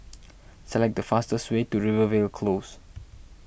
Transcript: select the fastest way to Rivervale Close